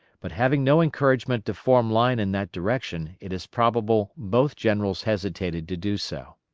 but having no encouragement to form line in that direction it is probable both generals hesitated to do so.